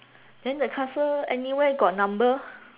then the castle anywhere got number